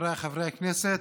חבריי חברי הכנסת,